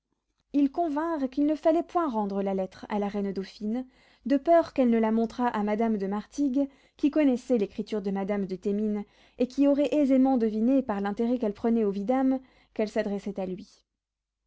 ils convinrent qu'il ne fallait point rendre la lettre à la reine dauphine de peur qu'elle ne la montrât à madame de martigues qui connaissait l'écriture de madame de thémines et qui aurait aisément deviné par l'intérêt qu'elle prenait au vidame qu'elle s'adressait à lui